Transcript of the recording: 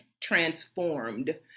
transformed